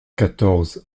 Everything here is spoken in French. quatorze